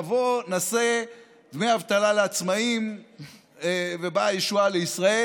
נבוא ונעשה דמי אבטלה לעצמאים ובאה ישועה לישראל.